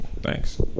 Thanks